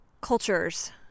cultures